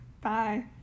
Bye